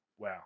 Wow